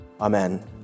Amen